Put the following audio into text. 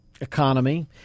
economy